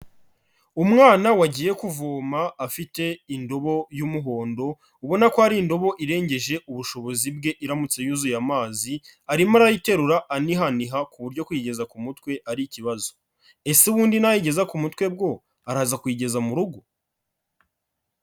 Umwana wagiye kuvoma afite indobo y'umuhondo, ubona ko ari indobo irengeje ubushobozi bwe iramutse yuzuye amazi, arimo arayiterura anihaniha ku buryo kuyigeza ku mutwe ari ikibazo. Ese ubundi nayigeza ku mutwe bwo araza kuyigeza mu rugo?